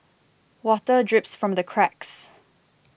water drips from the cracks